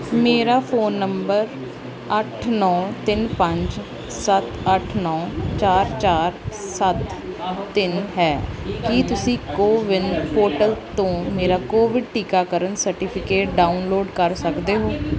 ਮੇਰਾ phone number ਅੱਠ ਨੌਂ ਤਿੰਨ ਪੰਜ ਸੱਤ ਅੱਠ ਨੌਂ ਚਾਰ ਚਾਰ ਸੱਤ ਤਿੰਨ ਹੈ ਕੀ ਤੁਸੀਂ ਕੋਵਿਨ ਪੋਰਟਲ ਤੋਂ ਮੇਰਾ ਕੋਵਿਡ ਟੀਕਾਕਰਨ ਸਰਟੀਫਿਕੇਟ ਡਾਊਨਲੋਡ ਕਰ ਸਕਦੇ ਹੋ